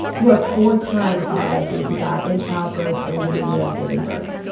you are four times more likely to die in childbirth or within a year of giving birth.